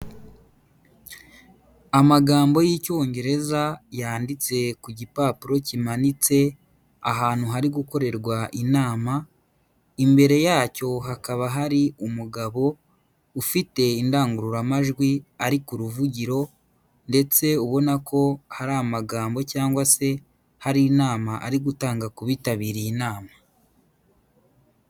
Amagambo y'icyongereza, yanditse ku gipapuro kimanitse, ahantu hari gukorerwa inama, imbere yacyo hakaba hari umugabo, ufite indangururamajwi ari ku ruvugiro ndetse ubona ko hari amagambo cyangwa se, hari inama ari gutanga ku bitabiriye inama.